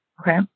Okay